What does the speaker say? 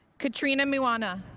katrina myana.